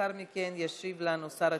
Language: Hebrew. לאחר מכן ישיב לנו שר התקשורת,